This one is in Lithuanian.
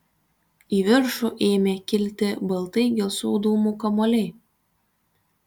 į viršų ėmė kilti baltai gelsvų dūmų kamuoliai